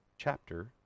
chapter